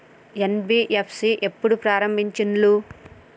NBFC ఎప్పుడు ప్రారంభించిల్లు?